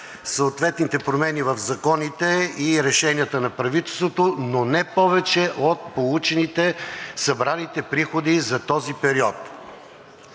съответните промени в законите и решенията на правителството, но не повече от получените, събраните приходи за този период.